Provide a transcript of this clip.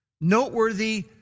noteworthy